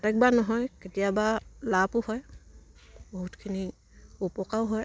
নহয় কেতিয়াবা লাভো হয় বহুতখিনি উপকাৰো হয়